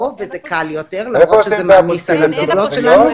או וזה קל יותר למרות שזה מעמיס על הנציגויות שלנו,